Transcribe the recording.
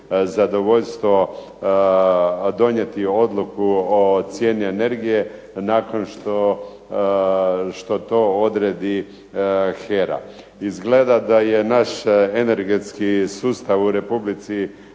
zadovoljstvo donijeti odluku o cijeni energije, nakon što to odredi HERA. Izgleda da je naš energetski sustav u Republici